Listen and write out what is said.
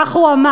כך הוא אמר,